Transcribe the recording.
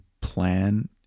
plan